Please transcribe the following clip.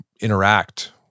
interact